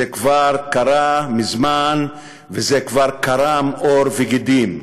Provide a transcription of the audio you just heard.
זה כבר קרה מזמן, וזה כבר קרם עור וגידים.